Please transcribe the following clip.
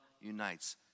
unites